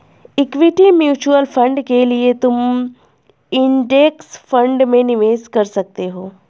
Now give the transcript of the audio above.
equity mutual fund के लिए तुम इंडेक्स फंड में निवेश कर सकते हो